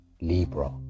Libra